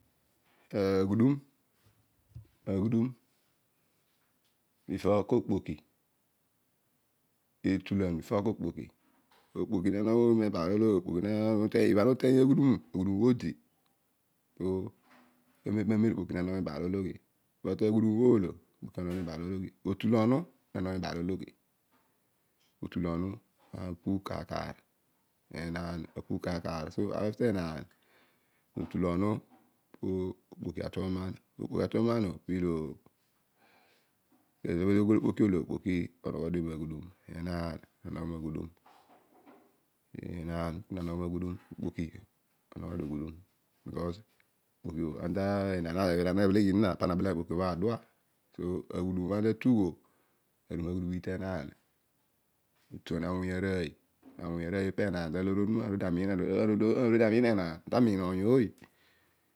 Aghudum aghudum etulan before ko okpoki okpoki na nogho moiy mebaal ologhi aghudum obho odi po kamem kamem okpoki na nogho mebaal ologhi but aghudum obho oolo okpoki onoghodio mebaal ologhi otulonu na nogho mebaal ologhi otulonu apu kaar enaan apu kaar kaar so after enna po otulonu po okpoki atuonom okpoki atuonom o ezo bho ughol ooy okpoki olo okpoki onogho dio maghudum enaan na nogho ghudum because enaan na bheleghi zina pana abele mikpoki obho adua so aghudum obho ana tugh o aru ma ghudum iitenaan tuan rooy, awony aroiy pennan taloor onuma ana oruedio amiin enaan ana ta miin oiy ooy